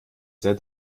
sehr